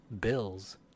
bills